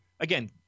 Again